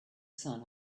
sun